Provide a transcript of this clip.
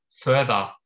further